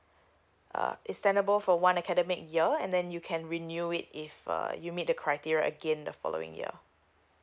uh it's standable for one academic year and then you can renew it if uh you meet the criteria again in the following year